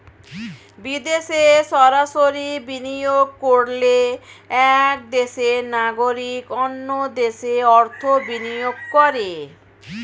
বিদেশে সরাসরি বিনিয়োগ করলে এক দেশের নাগরিক অন্য দেশে অর্থ বিনিয়োগ করে